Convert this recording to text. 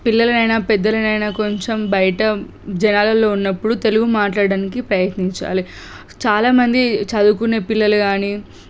పిల్లలునైనా పెద్దలునైనా కొంచెం బయట జనాల్లో ఉన్నప్పుడు తెలుగు మాట్లాడడానికి ప్రయత్నించాలి చాలామంది చదువుకునే పిల్లలు కానీ